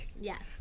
Yes